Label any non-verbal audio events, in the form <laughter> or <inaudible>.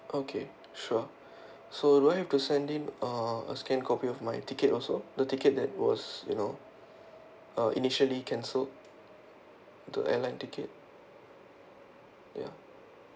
okay sure <breath> so do I have to send in uh a scanned copy of my ticket also the ticket that was you know uh initially cancelled the airline ticket ya